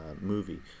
movie